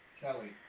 Kelly